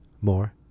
more